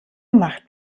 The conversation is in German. macht